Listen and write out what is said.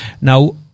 Now